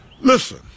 Listen